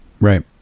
Right